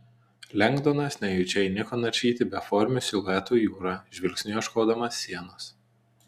lengdonas nejučia įniko naršyti beformių siluetų jūrą žvilgsniu ieškodamas sienos